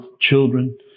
children